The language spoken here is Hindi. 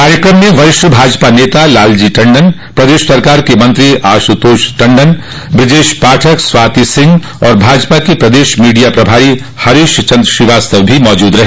कार्यक्रम में वरिष्ठ भाजपा नेता लालजी टण्डन प्रदेश सरकार के मंत्री आश्रतोष टण्डन बृजेश पाठक स्वाति सिंह और भाजपा के प्रदेश मीडिया प्रभारी हरीश चन्द्र श्रीवास्तव भी मौजूद रहे